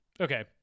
Okay